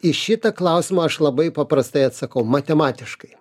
į šitą klausimą aš labai paprastai atsakau matematiškai